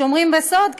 שומרים בסוד,